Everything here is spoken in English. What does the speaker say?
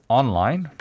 online